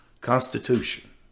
constitution